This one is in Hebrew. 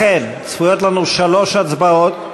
לכן צפויות לנו שלוש הצבעות.